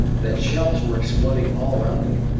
that shells were exploding all around him.